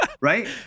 right